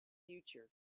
future